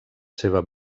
seva